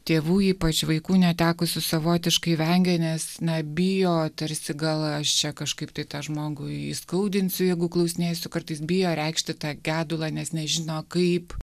tėvų ypač vaikų netekusių savotiškai vengia nes na bijo tarsi gal aš čia kažkaip tai tą žmogų įskaudinsiu jeigu klausinėsiu kartais bijo reikšti tą gedulą nes nežino kaip